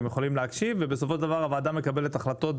יכולים להקשיב ובסופו של דבר הוועדה מקבלת החלטות,